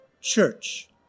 church